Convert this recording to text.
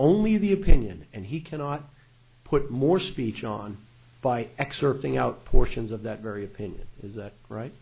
only the opinion and he cannot put more speech on by excerpting out portions of that very opinion is that right